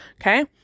Okay